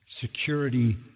security